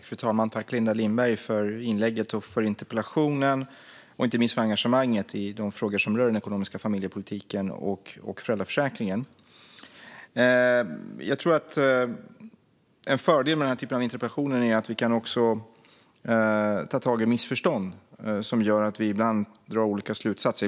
Fru talman! Tack, Linda Lindberg, för inlägget, för interpellationen och inte minst för engagemanget i de frågor som rör den ekonomiska familjepolitiken och föräldraförsäkringen! Jag tror att en fördel med denna typ av interpellationer är att vi kan ta tag i missförstånd som gör att vi ibland drar olika slutsatser.